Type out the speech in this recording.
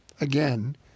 Again